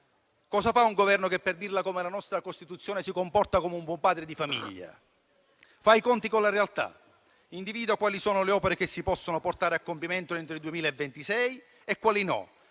Cosa fa un Governo che, per dirla come la nostra Costituzione, si comporta come un buon padre di famiglia? Fa i conti con la realtà; individua quali sono le opere che si possono portare a compimento entro il 2026 e quali no.